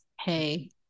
Hey